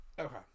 Okay